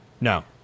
No